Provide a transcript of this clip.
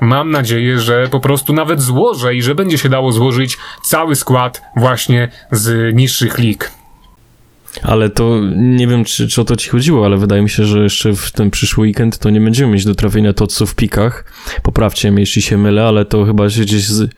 Mam nadzieję, że po prostu nawet złożę i że będzie się dało złożyć cały skład właśnie z niższych lig. Ale to nie wiem, czy- czy o to ci chodziło, ale wydaje mi się, że jeszcze w ten przyszły weekend to nie będziemy mieć do trafienia Totsów w pikach. Poprawcie mnie, jeśli się mylę, ale to chyba się gdzieś z-